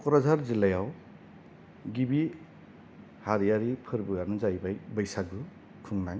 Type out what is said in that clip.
क'क्राझार जिल्लायाव गिबि हारियारि फोरबोआनो जाहैबाय बैसागु खुंनाय